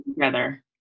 together